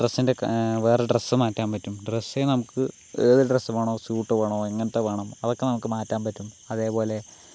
ഡ്രെസ്സിൻ്റെ വേറെ ഡ്രസ്സ് മാറ്റാൻ പറ്റും ഡ്രസ്സ് നമുക്ക് ഏത് ഡ്രസ്സ് വേണോ സ്യൂട്ട് വേണോ എങ്ങനത്തെ വേണം അതൊക്കെ നമുക്ക് മാറ്റാൻ പറ്റും അതേപോലെ